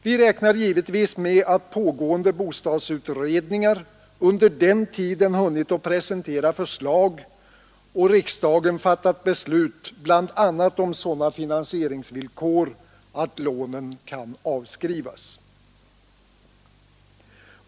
Vi räknar givetvis med att pågående bostadsutredningar under den tiden hunnit presentera förslag och riksdagen fatta beslut bl.a. om sådana finansieringsvillkor att lånen kan avskrivas.